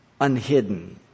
unhidden